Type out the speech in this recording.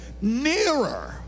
nearer